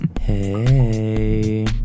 Hey